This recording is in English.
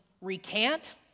recant